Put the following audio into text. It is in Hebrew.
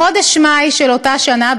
בחודש מאי של אותה שנה,